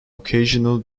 occasional